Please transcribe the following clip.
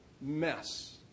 mess